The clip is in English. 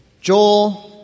Joel